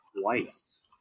twice